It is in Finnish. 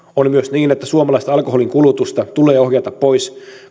niin että suomalaista alkoholinkulutusta tulee ohjata pois